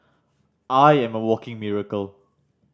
I am a walking miracle